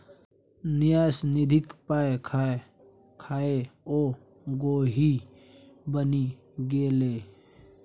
न्यास निधिक पाय खा खाकए ओ गोहि बनि गेलै